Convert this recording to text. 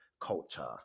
culture